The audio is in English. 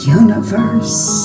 universe